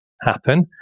happen